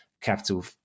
capital